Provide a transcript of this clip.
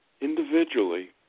individually